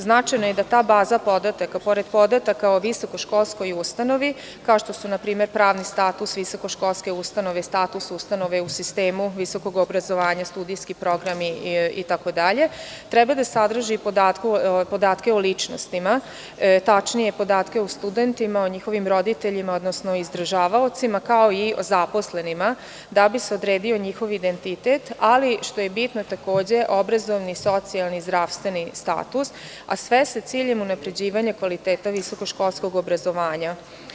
Značajno je da ta baza podataka pored podataka o visokoškolskoj ustanovi, kao što su na primer, pravni status visokoškolske ustanove status ustanove u sistemu visokog obrazovanja, studijski programi itd. treba da sadrži i podatke o ličnostima, tačnije podatke o studentima, o njihovim roditeljima, odnosno izdržavaocima, kao i o zaposlenima da bi se odredio njihov identitet, ali što je bitno takođe obrazovni, socijalni, zdravstveni status, a sve sa ciljem unapređivanja kvaliteta visokoškolskog obrazovanja.